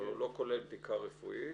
אבל הוא לא כולל בדיקה רפואית.